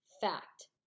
fact